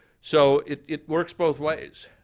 so it it works both ways.